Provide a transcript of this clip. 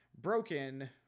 broken